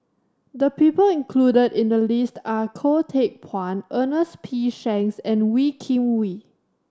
the people included in the list are Goh Teck Phuan Ernest P Shanks and Wee Kim Wee